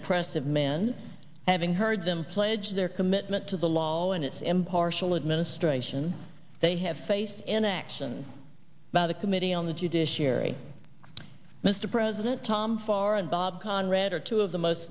impressive men having heard them pledge their commitment to the law and its impartial administration they have faced an action by the committee on the judiciary mr president tom far and bob conrad are two of the most